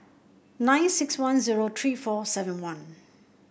nine six one zero three four seven one